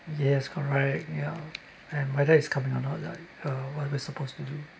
yes correct yeah and whether he's coming or not like uh what are we supposed to do